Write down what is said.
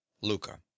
Luca